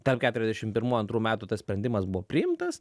tarp keturiasdešimt pirmų antrų metų tas sprendimas buvo priimtas